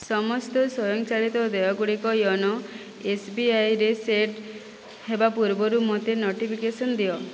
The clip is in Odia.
ସମସ୍ତ ସ୍ୱଂୟଚାଳିତ ଦେୟ ଗୁଡ଼ିକ ୟୋନୋ ଏସ୍ବିଆଇରେ ସେଟ୍ ହେବା ପୂର୍ବରୁ ମୋତେ ନୋଟିଫିକେସନ୍ ଦିଅ